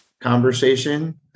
conversation